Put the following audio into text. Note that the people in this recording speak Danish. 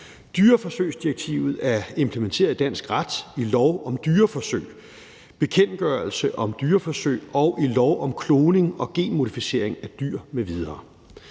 Dyreforsøgsdirektivet er implementeret i dansk ret i lov om dyreforsøg, bekendtgørelse om dyreforsøg og i lov om kloning og genmodificering af dyr m.v.